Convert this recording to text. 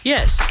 Yes